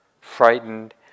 frightened